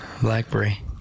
blackberry